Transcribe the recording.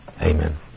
Amen